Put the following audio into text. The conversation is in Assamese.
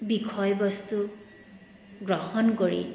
বিষয়বস্তু গ্ৰহণ কৰি